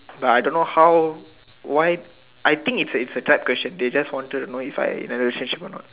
but I don't know how why I think it's it's a trap question they just wanted to know if I'm in a relationship or not